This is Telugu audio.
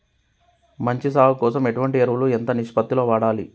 మంచి సాగు కోసం ఎటువంటి ఎరువులు ఎంత నిష్పత్తి లో వాడాలి?